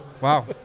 Wow